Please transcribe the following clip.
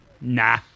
nah